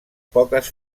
poques